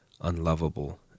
unlovable